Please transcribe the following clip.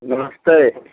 नमस्ते